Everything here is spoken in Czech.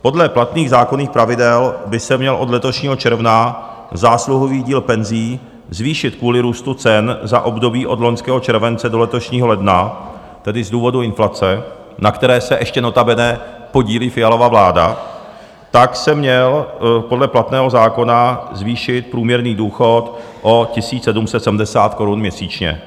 Podle platných zákonných pravidel by se měl od letošního června zásluhový díl penzí zvýšit kvůli růstu cen za období od loňského července do letošního ledna, tedy z důvodu inflace, na které se ještě notabene podílí Fialova vláda, tak se měl podle platného zákona zvýšit průměrný důchod o 1 770 korun měsíčně.